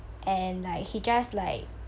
and like he just like